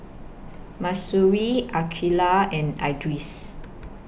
Mahsuri Aqeelah and Idris